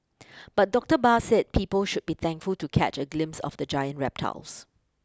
but Doctor Barr said people should be thankful to catch a glimpse of the giant reptiles